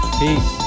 peace